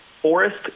forest